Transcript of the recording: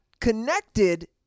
connected